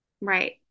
Right